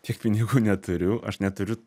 tiek pinigų neturiu aš neturiu